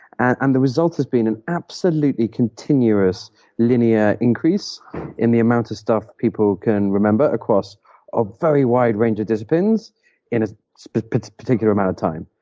and and the result has been an absolutely continuous linear increase in the amount of stuff people can remember across a very wide range of disciplines in a but but particular amount of time.